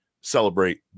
celebrate